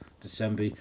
december